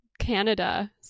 Canada